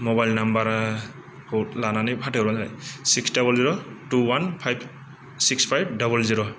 mobile नम्बरखौ लानानै फाथायहरबानो जाबाय six double zero two one five six five double जिर'